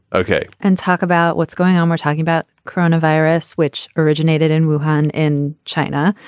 ok, and talk about what's going on. we're talking about coronavirus, which originated in wuhan in china.